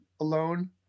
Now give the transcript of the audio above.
alone